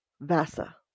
Vasa